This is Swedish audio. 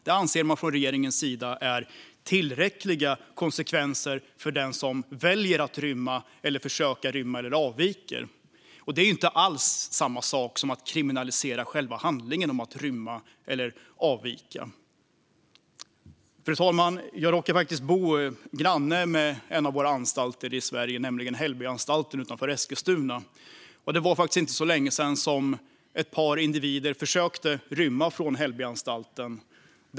Det anser man från regeringens sida är tillräckliga konsekvenser för den som väljer att rymma eller försöka rymma eller som avviker. Det är inte alls samma sak som att kriminalisera själva handlingen - att rymma eller avvika. Fru talman! Jag råkar faktiskt bo granne med en av våra anstalter i Sverige, nämligen Hällbyanstalten utanför Eskilstuna. Det var inte så länge sedan ett par individer försökte rymma från Hällbyanstalten.